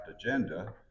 agenda